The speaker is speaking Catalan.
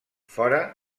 fora